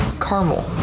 caramel